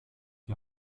die